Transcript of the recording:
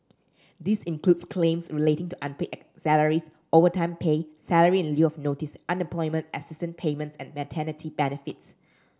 this includes claims relating to unpaid salaries overtime pay salary in lieu of notice employment assistance payments and maternity benefits